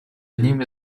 одним